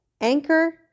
Anchor